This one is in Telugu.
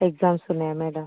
ఎగ్జామ్స్ ఉన్నాయా మేడం